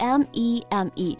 meme